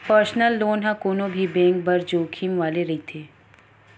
personal loan ह कोनो भी बेंक बर जोखिम वाले रहिथे